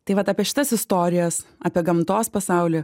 taip vat apie šitas istorijas apie gamtos pasaulį